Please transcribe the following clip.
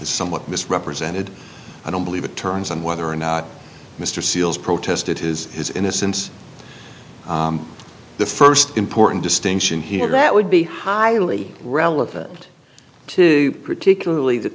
somewhat misrepresented i don't believe it turns on whether or not mr seales protested his innocence the first important distinction here that would be highly relevant to particularly th